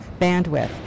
bandwidth